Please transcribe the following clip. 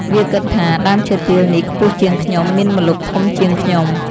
វាគិតថា៖ "ដើមឈើទាលនេះខ្ពស់ជាងខ្ញុំ មានម្លប់ធំជាងខ្ញុំ។